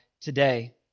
today